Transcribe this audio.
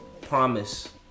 promise